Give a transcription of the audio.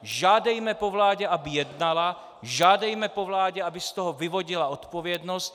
Žádejme po vládě, aby jednala, žádejme po vládě, aby z toho vyvodila odpovědnost!